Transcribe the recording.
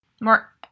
More